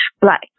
black